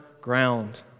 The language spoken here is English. ground